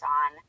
on